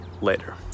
later